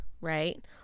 right